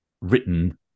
written